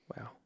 Wow